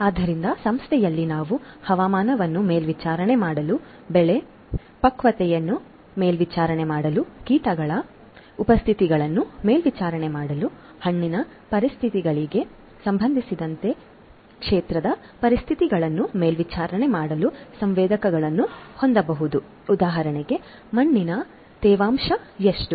ಆದ್ದರಿಂದ ಸಂಸ್ಥೆಯಲ್ಲಿ ನಾವು ಹವಾಮಾನವನ್ನು ಮೇಲ್ವಿಚಾರಣೆ ಮಾಡಲು ಬೆಳೆ ಪಕ್ವತೆಯನ್ನು ಮೇಲ್ವಿಚಾರಣೆ ಮಾಡಲು ಕೀಟಗಳ ಉಪಸ್ಥಿತಿಯನ್ನು ಮೇಲ್ವಿಚಾರಣೆ ಮಾಡಲು ಮಣ್ಣಿನ ಪರಿಸ್ಥಿತಿಗಳಿಗೆ ಸಂಬಂಧಿಸಿದಂತೆ ಕ್ಷೇತ್ರದ ಪರಿಸ್ಥಿತಿಗಳನ್ನು ಮೇಲ್ವಿಚಾರಣೆ ಮಾಡಲು ಸಂವೇದಕಗಳನ್ನು ಹೊಂದಬಹುದು ಉದಾಹರಣೆಗೆ ಮಣ್ಣಿನ ತೇವಾಂಶ ಎಷ್ಟು